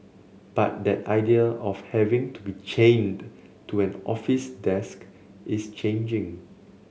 but that idea of having to be chained to an office desk is changing